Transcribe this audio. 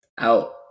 out